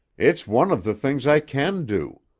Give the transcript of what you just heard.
it's one of the things i can do.